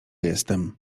jestem